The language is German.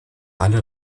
alle